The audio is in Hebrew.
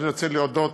אני רוצה להודות